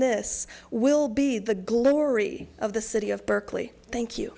this will be the glory of the city of berkeley thank you